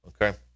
Okay